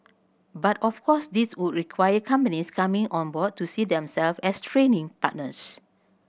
but of course this would require companies coming on board to see themselves as training partners